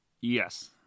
Yes